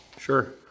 Sure